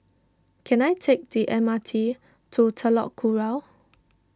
can I take the M R T to Telok Kurau